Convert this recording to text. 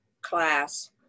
class